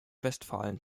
westfalen